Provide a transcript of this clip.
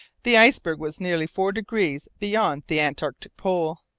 the iceberg was nearly four degrees beyond the antarctic pole,